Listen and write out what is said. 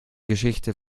geschichte